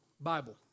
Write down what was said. Bible